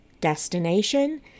destination